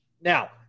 Now